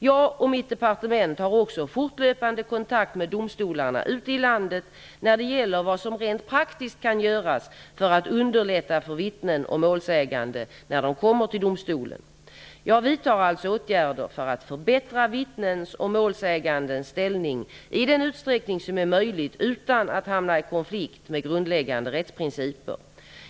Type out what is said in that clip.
Jag och mitt departement har också en fortlöpande kontakt med domstolarna ute i landet när det gäller vad som rent praktiskt kan göras för att underlätta för vittnen och målsägande när de kommer till domstolen. Jag vidtar alltså åtgärder för att förbättra vittnens och målsägandes ställning i den utsträckning som det är möjligt utan att hamna i konflikt med grundläggande rättsprinciper.